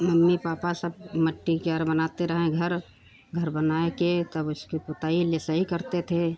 mummy papa सब मट्टी का बनाते रहे घर घर बनाए के तब उसकी पुताई लिसायी करते थे